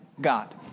God